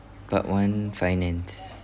part one finance